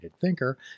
thinker